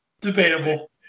Debatable